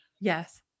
Yes